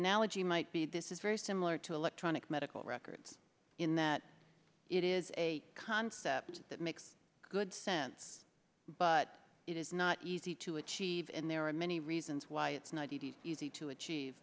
analogy might be this is very similar to electronic medical records in that it is a concept that makes good sense but it is not easy to achieve and there are many reasons why it's not easy to achieve